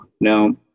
Now